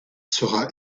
sera